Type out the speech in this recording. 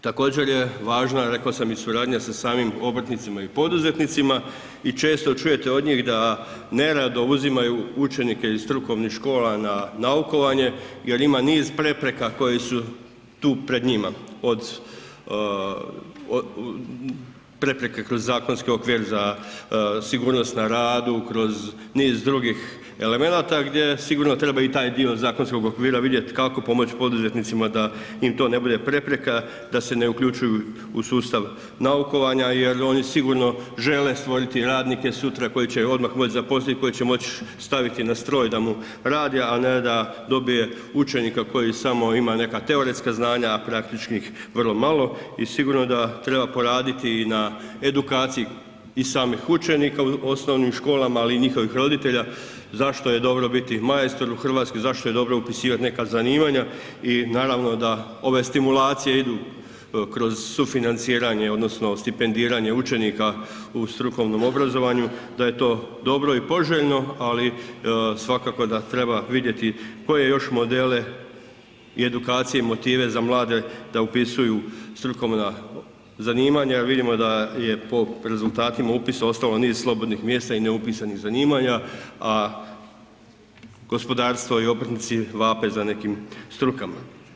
Također je važna rekao sam i suradanja sa samim obrtnicima i poduzetnicima i često čujete od njih da nerado uzimaju učenike iz strukovnih škola na naukovanje jer ima niz prepreka koje su tu pred njima, prepreke kroz zakonski okvir za sigurnost na radu, kroz niz drugih elemenata gdje sigurno treba i taj dio zakonskog okvira vidjeti kako pomoći poduzetnicima da im to ne bude prepreka, da se ne uključuju u sustav naukovanja jer oni sigurno žele stvoriti radnike sutra koje će odmah moći zaposliti koji će moći staviti na stroj da mu radi, a ne da dobije učenika koji samo ima neka teoretska znanja, a praktičnih vrlo malo i sigurno da treba poraditi na edukaciji i samih učenika u osnovnim školama, ali i njihovih roditelja, zašto je dobro biti majstor u Hrvatskoj, zašto je dobro upisivati neka zanimanja i naravno da ove stimulacije idu kroz sufinanciranje odnosno stipendiranje učenika u strukovnom obrazovanju, da je to dobro i poželjno, ali svakako da treba vidjeti koje još modele i edukacije i motive za mlade da upisuju strukovna zanimanja jer vidimo da je po rezultatima upisa ostalo niz slobodnih mjesta i neupisanih zanimanja, a gospodarstvo i obrtnici vape za nekim strukama.